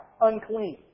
unclean